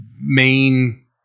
main